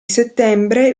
settembre